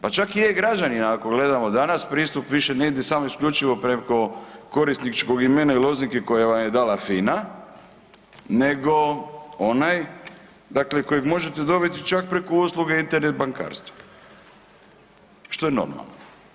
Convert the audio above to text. Pa čak i e-građanina ako gledamo danas pristup više ne ide samo isključivo preko korisničkog imena i lozinke koju vam je dala FINA nego onaj dakle kojeg možete dobiti čak preko usluge Internet bankarstva, što je normalno.